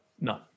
No